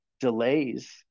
delays